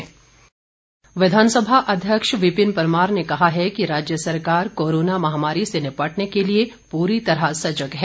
परमार राजेन्द्र गर्ग विधानसभा अध्यक्ष विपिन परमार ने कहा है कि राज्य सरकार कोरोना महामारी से निपटने के लिए पूरी तरह सजग है